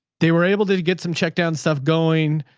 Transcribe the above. they were able to get some checkdown stuff going,